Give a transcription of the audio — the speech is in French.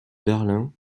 berlin